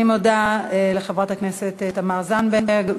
אני מודה לחברת הכנסת תמר זנדברג.